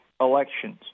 elections